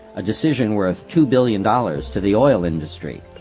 a decision worth two billion dollars to the oil industry.